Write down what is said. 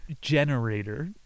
generator